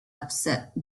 upset